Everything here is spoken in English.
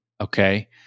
okay